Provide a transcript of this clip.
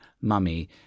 Mummy